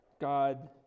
God